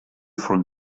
for